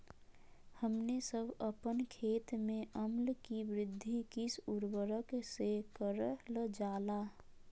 हमने सब अपन खेत में अम्ल कि वृद्धि किस उर्वरक से करलजाला?